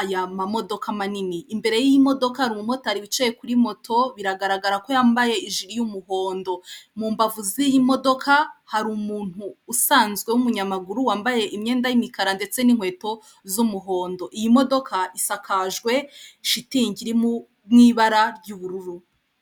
aya mamodoka manini. Imbere y'iyi modoka hari umumotari wicaye kuri moto biragaragara ko yambaye ijiri y'umuhondo, mu mbavu z'iyi modoka hari umuntu usanzwe w'umunyamaguru wambaye imyenda y'imikara ndetse n'inkweto z'umuhondo. Iyi modoka isakajwe shitingi iri mw'ibara ry'ubururu.